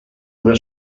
una